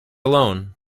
alone